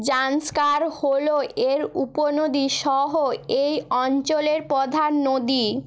জান্সকার হল এর উপনদী সহ এই অঞ্চলের প্রধান নদী